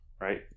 Right